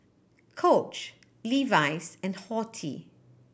Coach Levi's and Horti